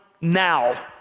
Now